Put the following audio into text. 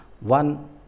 one